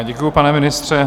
Děkuji, pane ministře.